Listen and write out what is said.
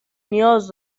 نیاز